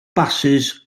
basys